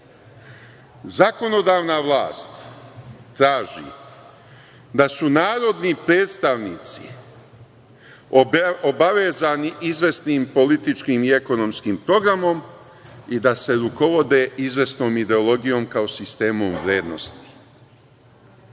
organa. Zakonodavna vlast traži da su narodni predstavnici obavezani izvesnim političkim i ekonomskim programom i da se rukovode izvesnom ideologijom kao sistemom vrednosti.